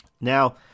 Now